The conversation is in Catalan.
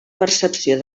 percepció